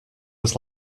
was